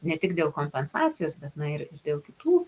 ne tik dėl kompensacijos bet na ir ir dėl kitų